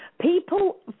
people